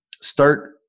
start